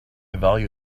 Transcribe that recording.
value